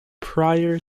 prior